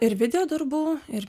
ir video darbų ir